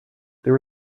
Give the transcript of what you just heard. there